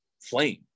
flame